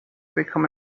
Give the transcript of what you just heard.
become